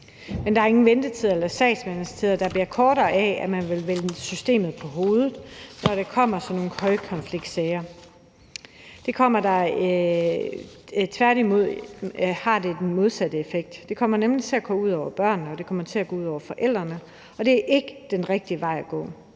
Men der er ingen ventetider eller sagsbehandlingstider, der bliver kortere af, at man vil vende systemet på hovedet, når det handler om højkonfliktsager. Tværtimod har det den modsatte effekt, for det kommer nemlig til at gå ud over børnene, og det kommer til at gå ud over forældrene, og det er ikke den rigtige vej at gå.